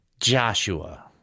Joshua